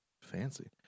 fancy